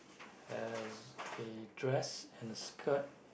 has a dress and a skirt